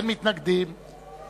אין מתנגדים לא,